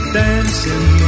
dancing